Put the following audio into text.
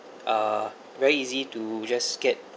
uh very easy to just get